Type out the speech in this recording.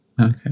Okay